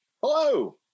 Hello